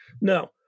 no